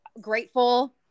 grateful